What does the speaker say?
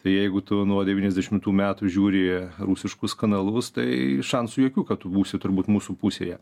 tai jeigu tu nuo devyniasdešimtų metų žiūri rusiškus kanalus tai šansų jokių kad būsi turbūt mūsų pusėje